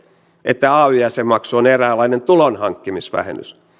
että ay jäsenmaksu on eräänlainen tulonhankkimisvähennys